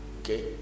okay